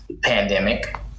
pandemic